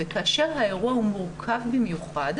כאשר האירוע הוא מורכב במיוחד,